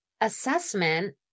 assessment